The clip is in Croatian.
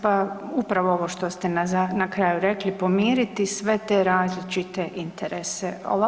Pa upravo ovo što ste na kraju, pomiriti sve te različite interese.